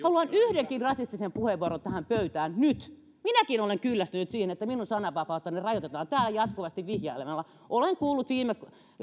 haluan yhdenkin rasistisen puheenvuoron tähän pöytään nyt minäkin olen kyllästynyt siihen että minun sananvapauttani rajoitetaan täällä jatkuvasti vihjailemalla olen kuullut viime